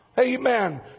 Amen